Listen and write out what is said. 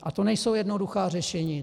A to nejsou jednoduchá řešení.